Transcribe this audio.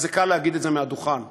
אבל קל להגיד את זה מהדוכן.